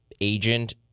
agent